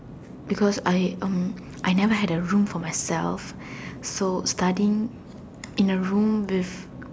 because I um I never had a room for myself so studying in a room with